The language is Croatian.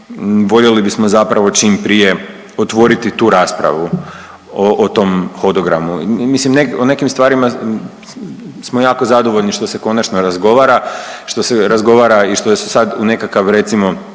voljeli bismo zapravo čim prije otvoriti tu raspravu o, o tom hodogramu i mislim o nekim stvarima smo jako zadovoljni što se konačno razgovara, što se razgovara i